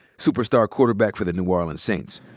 superstar quarterback for the new orleans saints.